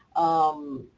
um,